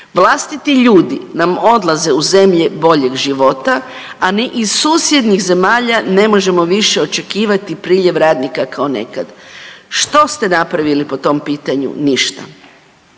Vlastiti ljudi nam odlaze u zemlje boljeg života, a ni iz susjednih zemalja ne možemo više očekivati priljev radnika kao nekad. Što ste napravili po tom pitanju? Ništa.